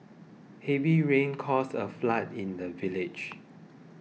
heavy rains caused a flood in the village